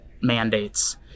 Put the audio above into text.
mandates